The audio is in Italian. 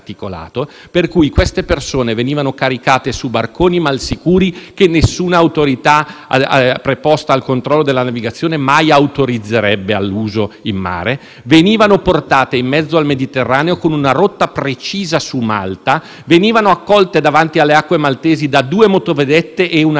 preposta al controllo della navigazione mai autorizzerebbe all'uso in mare, venivano portate in mezzo al Mediterraneo con una rotta precisa su Malta, venivano accolte davanti alle acque maltesi da due motovedette e un aereo della Guardia costiera, che si premurava di dare loro la nuova rotta verso Lampedusa (era una rotta precisa